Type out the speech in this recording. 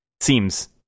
Seems